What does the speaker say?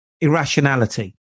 irrationality